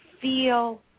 feel